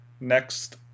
next